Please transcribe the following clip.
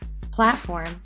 Platform